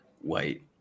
white